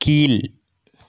கீழ்